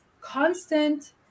constant